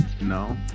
No